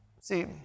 See